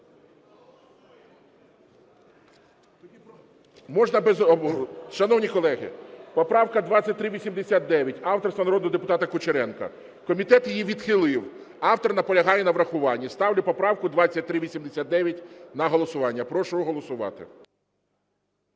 Шановні колеги, поправка 2389 авторства народного депутата Кучеренка. Комітет її відхилив. Автор наполягає на врахуванні. Ставлю поправку 2389 на голосування, прошу голосувати.